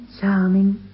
charming